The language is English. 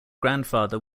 grandfather